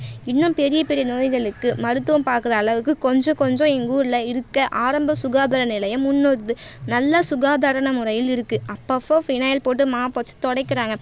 இன்னும் பெரிய பெரிய நோய்களுக்கு மருத்துவம் பார்க்கற அளவுக்கு கொஞ்சம் கொஞ்சம் எங்கள் ஊரில் இருக்க ஆரம்ப சுகாதார நிலையம் முன் வருது நல்லா சுகாதாரமான முறையில் இருக்குது அப்போ ஃபினாயில் போட்டு மாப் வெச்சு துடைக்கறாங்க